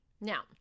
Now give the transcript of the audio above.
Now